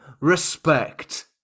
respect